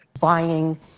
Buying